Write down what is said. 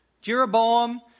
Jeroboam